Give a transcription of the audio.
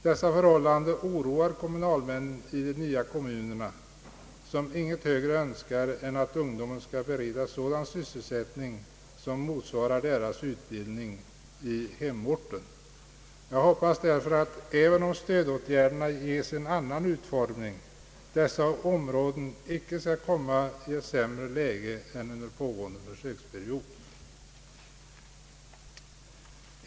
Det förhållandet oroar kommunalmännen i de nya kommunerna, som ingenting högre önskar än att ungdomen skall beredas sådan sysselsättning som motsvarar deras utbildning i hemorten. Jag hoppas därför att dessa områden, även om stödåtgärderna ges en annan utformning, icke skall komma i sämre läge än under den pågående försöksperioden.